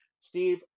Steve